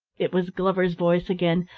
it was glover's voice again,